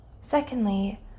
Secondly